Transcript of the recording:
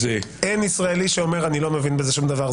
אין ישראלי שאומר 'אני לא מבין בזה שום דבר',